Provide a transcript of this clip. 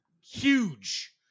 huge